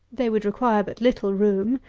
they would require but little room,